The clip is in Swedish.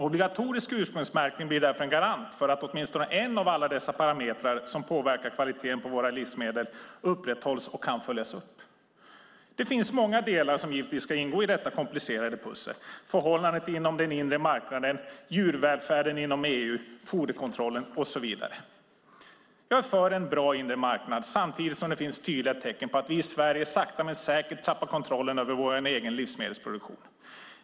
Obligatorisk ursprungsmärkning blir därför en garant för att åtminstone en av alla de parametrar som påverkar kvaliteten på våra livsmedel upprätthålls och kan följas upp. Det finns många delar som givetvis ska ingå i detta komplicerade pussel: förhållandet inom den inre marknaden, djurvälfärden inom EU, foderkontrollen och så vidare. Jag är för en bra inre marknad. Samtidigt finns det tydliga tecken på att vi i Sverige sakta men säkert tappar kontrollen över vår egen livsmedelsproduktion.